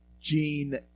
Gene